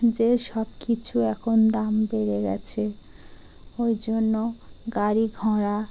যে সব কিছু এখন দাম বেড়ে গেছে ওই জন্য গাড়ি ঘোড়া